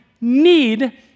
need